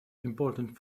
important